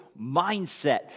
mindset